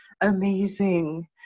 amazing